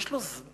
יש לו עניין